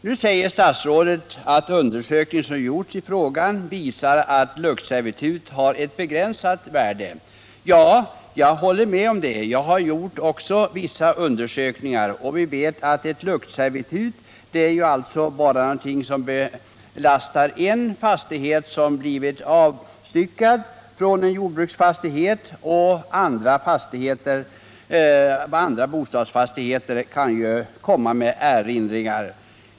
Nu säger statsrådet att den undersökning som gjorts i frågan visar att ett luktservitut har ett begränsat värde. Det håller jag med om, eftersom också jag har gjort vissa undersökningar. Vi vet att ett luktservitut är någonting som belastar bara en fastighet som blivit avstyckad från en jordbruksfastighet, och att andra bostadsfastigheter kan komma med erinringar.